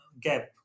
gap